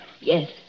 Yes